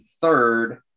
third –